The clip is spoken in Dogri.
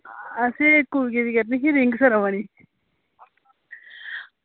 असें कुड़ियै दी करनी ही रिंग सेरेमनी